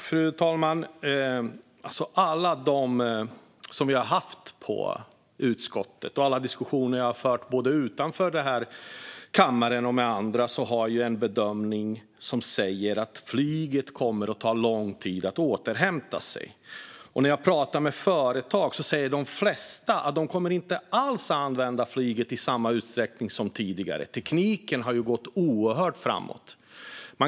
Fru talman! Alla som har varit i utskottet och i alla diskussioner som har förts både utanför den här kammaren och i andra sammanhang gör man bedömningen att det kommer att ta lång tid för flyget att återhämta sig. När jag pratar med företagare säger de flesta att de inte alls kommer att använda flyget i samma utsträckning som tidigare. Tekniken har ju gått oerhört snabbt framåt.